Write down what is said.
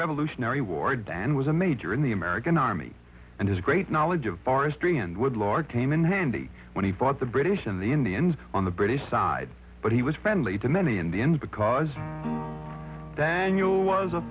revolutionary war and was a major in the american army and has a great knowledge of history and would lord came in handy when he fought the british and the indians on the british side but he was friendly to many indians because then you'll was a